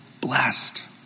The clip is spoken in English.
blessed